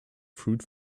fruit